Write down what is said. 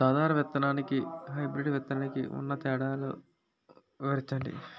సాధారణ విత్తననికి, హైబ్రిడ్ విత్తనానికి ఉన్న తేడాలను వివరించండి?